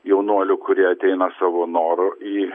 jaunuolių kurie ateina savo noru į